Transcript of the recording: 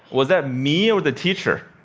was it me or the teacher?